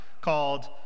called